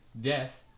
death